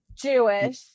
Jewish